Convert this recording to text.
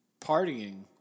partying